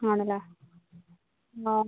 ആണല്ലേ നോ